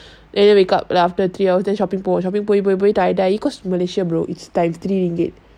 then you wake up like after three hours then shopping பொய்பொய்பொய்:poi poi poi tired பொய்பொய்பொய்ஆகி:poi poi poi agi cause malaysia bro is times three ringgit